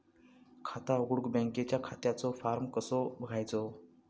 खाता उघडुक बँकेच्या खात्याचो फार्म कसो घ्यायचो?